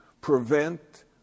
prevent